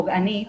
פוגענית,